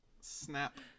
snap